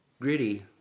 gritty